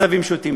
עשבים שוטים.